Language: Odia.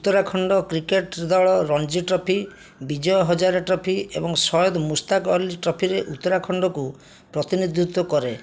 ଉତ୍ତରାଖଣ୍ଡ କ୍ରିକେଟ୍ ଦଳ ରଞ୍ଜି ଟ୍ରଫି ବିଜୟ ହଜାରେ ଟ୍ରଫି ଏବଂ ସୟଦ ମୁସ୍ତାକ ଅଲି ଟ୍ରଫିରେ ଉତ୍ତରାଖଣ୍ଡକୁ ପ୍ରତିନିଧିତ୍ୱ କରେ